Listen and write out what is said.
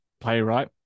playwright